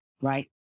Right